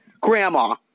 Grandma